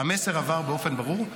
והמסר עבר באופן ברור,